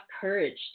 courage